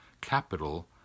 capital